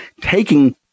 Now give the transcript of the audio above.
taking